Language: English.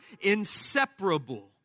inseparable